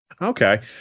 Okay